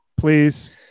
please